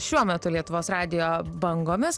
šiuo metu lietuvos radijo bangomis